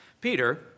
Peter